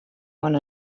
one